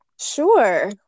Sure